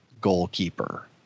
goalkeeper